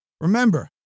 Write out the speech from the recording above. Remember